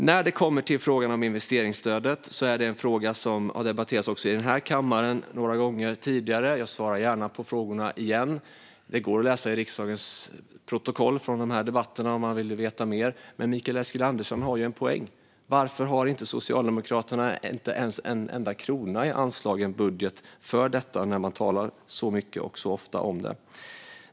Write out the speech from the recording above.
När det kommer till investeringsstödet är det en fråga som debatterats i den här kammaren några gånger tidigare. Jag svarar gärna på frågorna igen. Det går att läsa riksdagens protokoll från de här debatterna om man vill veta mer, men Mikael Eskilandersson har en poäng: Varför anslår inte Socialdemokraterna en enda krona i sin budget till detta när de talar så mycket och så ofta om saken?